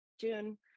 June